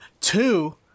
Two